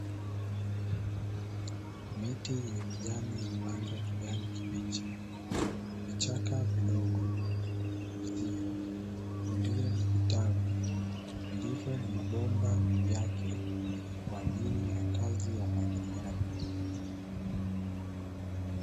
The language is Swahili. Miti yenye majani yenye rangi ya kijani kibichi, vichaka vidogo, uzio, ulio na kitalu vilivyo na mabomba juu yake, kwa ajili ya kazi ya umwagiliaji.